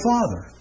Father